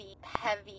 heavy